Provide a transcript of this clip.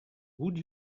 would